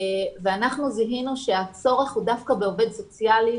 ואנחנו זיהינו שהצורך הוא דווקא בעובד סוציאלי,